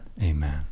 Amen